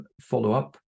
follow-up